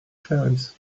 cherries